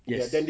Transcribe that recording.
yes